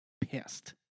pissed